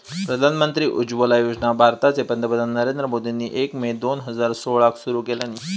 प्रधानमंत्री उज्ज्वला योजना भारताचे पंतप्रधान नरेंद्र मोदींनी एक मे दोन हजार सोळाक सुरू केल्यानी